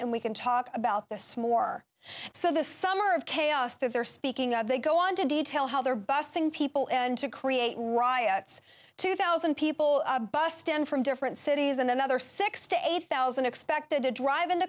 and we can talk about this more so this summer of chaos that they're speaking of they go on to detail how they're busting people and to create riots two thousand people bussed in from different cities another six to eight thousand expected to drive in